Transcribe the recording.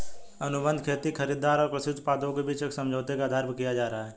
अनुबंध खेती खरीदार और कृषि उत्पादकों के बीच एक समझौते के आधार पर किया जा रहा है